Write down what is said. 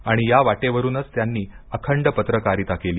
आणि या वाटेवरूनच त्यांनी अखंड पत्रकारिता केली